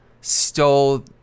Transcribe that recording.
stole